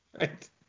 Right